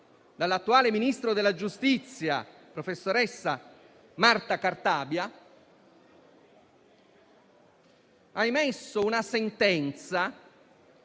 dall'attuale Ministro della giustizia, professoressa Cartabia, ha emesso una sentenza